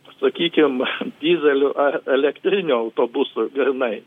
sakykim dyzeliu ar elektriniu autobusu grynai